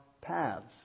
paths